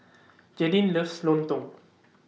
Jaydin loves Lontong